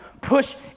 push